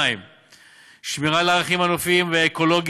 2. שמירה על הערכים הנופיים והאקולוגיים,